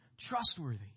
Trustworthy